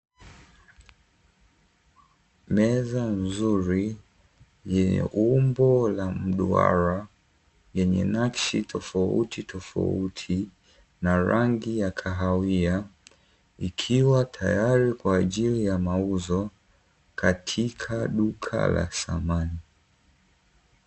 Meza nzuri yenye umbo la mduara yenye nakshi tofauti tofauti na rangi ya kahawia, ikiwa tayari kwa ajili ya mauzo katika duka la samani.